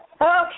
Okay